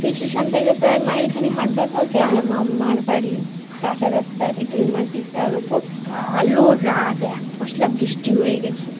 এই স্টেশন থেকে প্রায় মাইলখানিক হাঁটবার পর ক্যাবলার মামার বাড়ির কাঁচা রাস্তা এঁটেল মাটি তার ওপর কালো রাত এক পশলা বৃষ্টি হয়ে গিয়েছে